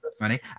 money